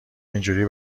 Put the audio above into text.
اینجوری